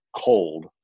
cold